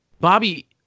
Bobby